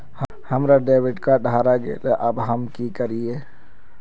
हमर debit card हरा गेले अब हम की करिये?